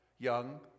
Young